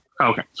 Okay